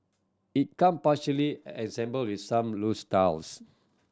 it came partially assembled with some loose tiles